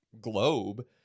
globe